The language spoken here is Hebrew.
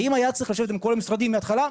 האם היה צריך לשבת עם כל המשרדים מההתחלה?